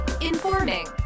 Informing